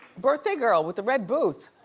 birthday girl with the red boots.